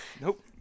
Nope